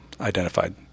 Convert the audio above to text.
identified